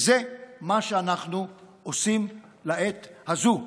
זה מה שאנחנו עושים לעת הזאת,